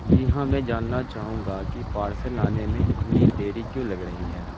جی ہاں میں جاننا چاہوں گا کہ پارسل آنے میں اتنی دیر کیوں لگ رہی ہے